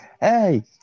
Hey